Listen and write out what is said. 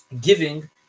giving